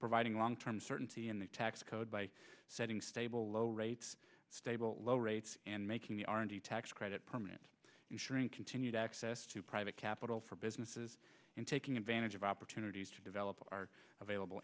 providing long term certainty in the tax code by setting stable low rates stable low rates and making the r and d tax credit permanent ensuring continued access to private capital for businesses and taking advantage of opportunities to develop our available